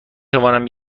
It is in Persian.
توانم